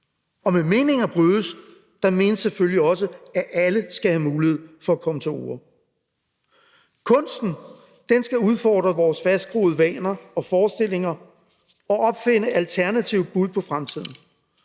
Og med »meninger brydes« menes selvfølgelig også, at alle skal have mulighed for at komme til orde. Kunsten skal udfordre vores fastgroede vaner og forestillinger og opfinde alternative bud på fremtiden,